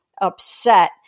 upset